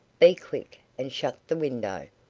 be quick, and shut the window.